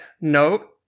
no